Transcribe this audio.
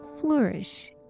flourish